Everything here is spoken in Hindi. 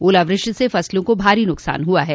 ओला वृष्टि से फसलों को भारी नुकसान हुआ है